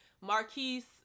Marquise